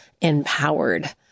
empowered